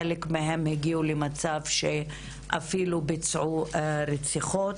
חלק מהם הגיעו למצב שאפילו ביצעו רציחות.